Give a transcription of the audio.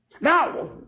Now